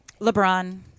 LeBron